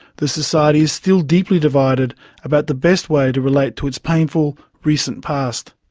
the society is still deeply divided about the best way to relate to its painful, recent past.